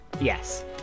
Yes